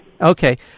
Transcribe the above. Okay